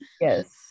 Yes